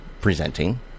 presenting